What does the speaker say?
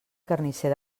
carnisser